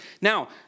Now